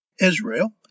Israel